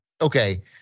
okay